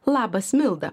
labas milda